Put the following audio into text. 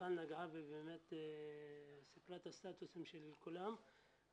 מיכל נגעה ובאמת סיפרה את הסטטוסים של כולם,